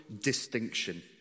distinction